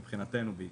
מבחינתנו בעיקר,